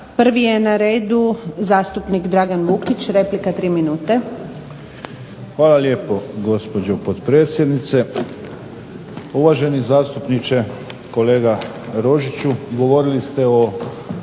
Prvi je na redu zastupnik Dragan Vukić, replika tri minute. **Vukić, Dragan (HDZ)** Hvala lijepo gospođo potpredsjednice, uvaženi zastupniče kolega Rožiću. Govorili ste o